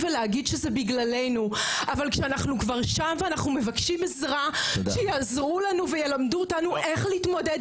כך שאין לי אימא ואבא שיעזרו לי להתמודד